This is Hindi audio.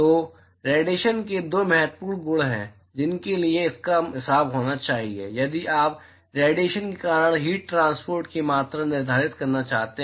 तो ये रेडिएशन के दो महत्वपूर्ण गुण हैं जिनके लिए इसका हिसाब होना चाहिए यदि आप रेडिएशन के कारण हीट ट्रांसपोर्ट की मात्रा निर्धारित करना चाहते हैं